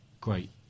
great